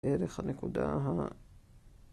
ערך הנקודה